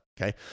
okay